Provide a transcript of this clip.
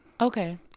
Okay